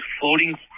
floating